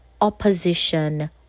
Opposition